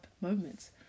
moments